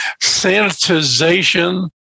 sanitization